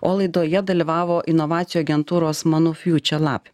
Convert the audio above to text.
o laidoje dalyvavo inovacijų agentūros manufuture lab